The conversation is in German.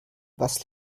was